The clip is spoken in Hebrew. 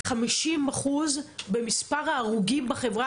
ישנם 50 אחוזים ממספר ההרוגים בחברה